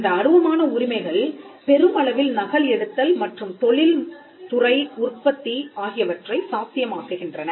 இந்த அருவமான உரிமைகள் பெருமளவில் நகல் எடுத்தல் மற்றும் தொழில் துறை உற்பத்தி ஆகியவற்றை சாத்தியமாக்குகின்றன